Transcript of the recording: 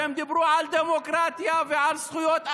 והם דיברו על דמוקרטיה ועל זכויות אדם,